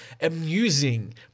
amusing